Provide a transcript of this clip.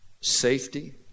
safety